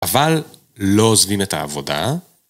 אבל, לא עוזבים את העבודה...